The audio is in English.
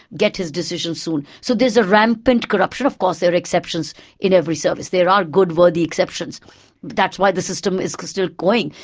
get his decision soon so there's a rampant corruption, of course there are exceptions in every service. there are good, worthy exceptions that's why the system is still going.